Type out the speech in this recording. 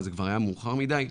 אבל זה כבר היה מאוחר מדי.